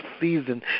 season